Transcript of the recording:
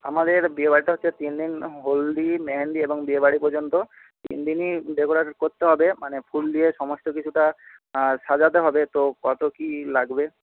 আমাদের বিয়েবাড়িটা হচ্ছে তিনদিন হলদি মেহেন্দি এবং বিয়েবাড়ি পর্যন্ত তিনদিনই ডেকরেট করতে হবে মানে ফুল দিয়ে সমস্ত কিছুটা সাজাতে হবে তো কত কী লাগবে